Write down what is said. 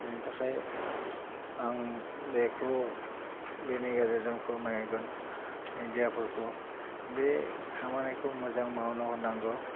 बेनि थाखाय आं बेखौ बेनि गेजेरजों फोरमायगोन मेडियाफोरखौ बे खामानिखौ मोजां मावनो होनांगौ